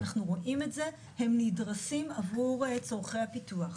ואנחנו רואים את זה, הם נדרסים עבור צורכי הפיתוח.